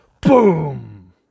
boom